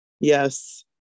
yes